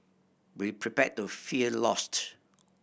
be prepared to feel lost